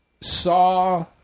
saw